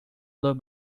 los